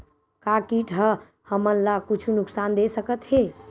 का कीट ह हमन ला कुछु नुकसान दे सकत हे?